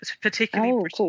particularly